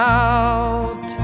out